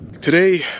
Today